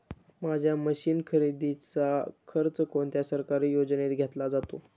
माझ्या मशीन खरेदीचा खर्च कोणत्या सरकारी योजनेत घेतला जातो?